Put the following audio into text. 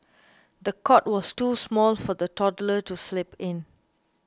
the cot was too small for the toddler to sleep in